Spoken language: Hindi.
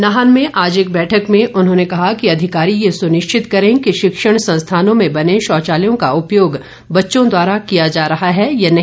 नाहन में आज एक बैठक में उन्होंने कहा कि अधिकारी ये सुनिश्चित करे की शिक्षण संस्थानों में बने शौचालयों का उपयोग बच्चों द्वारा किया जा रहा है या नहीं